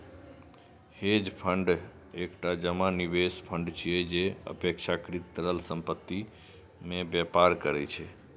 hedge fund एकटा जमा निवेश फंड छियै, जे अपेक्षाकृत तरल संपत्ति मे व्यापार करै छै